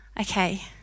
Okay